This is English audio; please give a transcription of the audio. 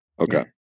Okay